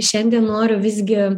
šiandien noriu visgi